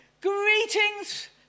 Greetings